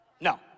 No